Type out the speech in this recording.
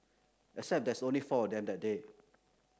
except there's only four of them that day